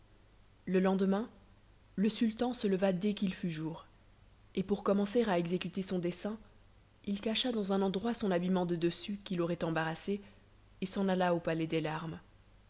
le lendemain le sultan se leva dès qu'il fut jour et pour commencer à exécuter son dessein il cacha dans un endroit son habillement de dessus qui l'aurait embarrassé et s'en alla au palais des larmes